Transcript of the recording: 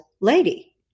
lady